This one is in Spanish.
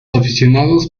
aficionados